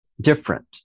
different